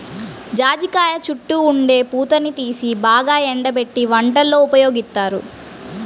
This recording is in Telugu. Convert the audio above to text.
జాజికాయ చుట్టూ ఉండే పూతని తీసి బాగా ఎండబెట్టి వంటల్లో ఉపయోగిత్తారు